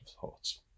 thoughts